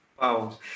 Wow